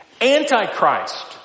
Antichrist